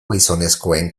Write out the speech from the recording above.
gizonezkoen